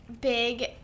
big